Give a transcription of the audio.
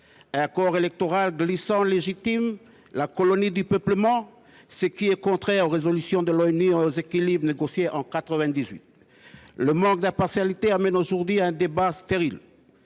Un corps électoral glissant légitime la colonie de peuplement, ce qui est contraire aux résolutions de l’ONU et aux équilibres négociés en 1998. Le manque d’impartialité conduit aujourd’hui à un débat stérile.